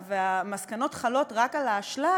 והמסקנות חלות רק על האשלג,